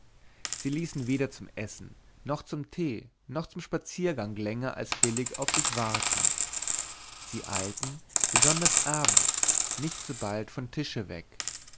sie ließen weder zum essen noch zum tee noch zum spaziergang länger als billig auf sich warten sie eilten besonders abends nicht so bald von tische weg